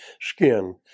skin